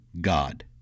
God